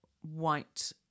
white